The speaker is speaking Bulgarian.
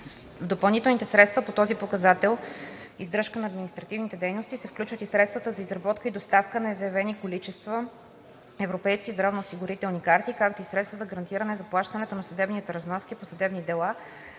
В допълнителните средства по този показател „издръжка на административните дейности“ се включват и средствата за изработка и доставка на заявени количества европейски здравноосигурителни карти, както и средствата за гарантиране заплащането на съдебните разноски по съдебни дела,